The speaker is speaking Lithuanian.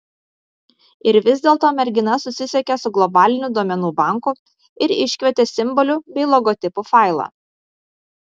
ir vis dėlto mergina susisiekė su globaliniu duomenų banku ir iškvietė simbolių bei logotipų failą